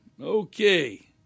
Okay